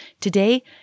Today